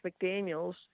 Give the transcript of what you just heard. McDaniels